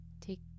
take